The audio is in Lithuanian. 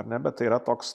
ar ne bet tai yra toks